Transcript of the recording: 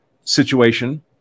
situation